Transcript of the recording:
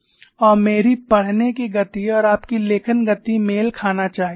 और मेरी पढ़ने की गति और आपकी लेखन गति मेल खाना चाहिए